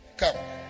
come